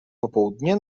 popołudnie